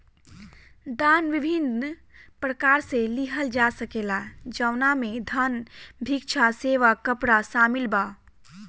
दान विभिन्न प्रकार से लिहल जा सकेला जवना में धन, भिक्षा, सेवा, कपड़ा शामिल बा